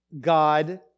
God